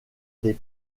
des